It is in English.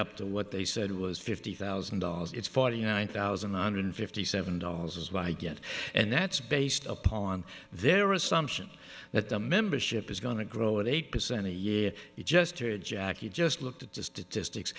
up to what they said was fifty thousand dollars it's forty nine thousand one hundred fifty seven dollars as well i get and that's based upon their assumption that the membership is going to grow at eight percent a year you just heard jack you just looked at the statistics